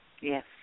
Yes